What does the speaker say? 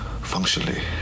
Functionally